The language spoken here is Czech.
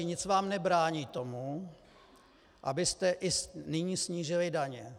Nic vám nebrání v tom, abyste i nyní snížili daně.